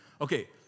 Okay